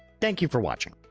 thank you for watching.